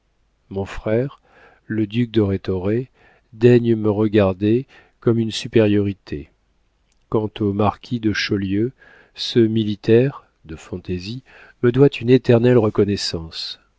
mon frère le duc de rhétoré daigne me regarder comme une supériorité quant au marquis de chaulieu ce militaire de fantaisie me doit une éternelle reconnaissance